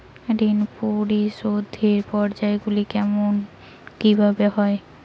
ঋণ পরিশোধের পর্যায়গুলি কেমন কিভাবে হয়?